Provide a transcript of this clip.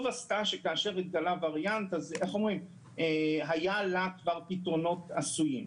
טוב עשתה שכאשר התגלה הווריאנט היו לה כבר פתרונות עשויים.